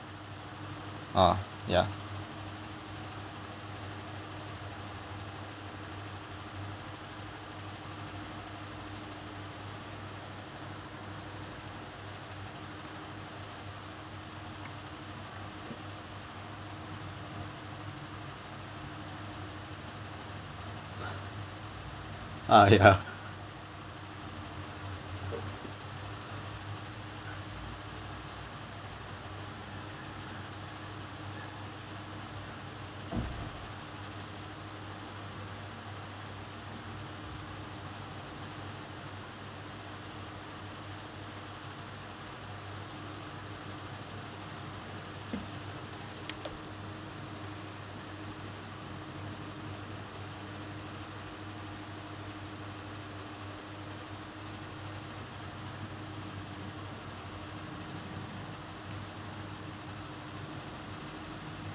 ah ya ah ya